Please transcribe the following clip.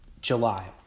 July